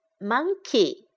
Monkey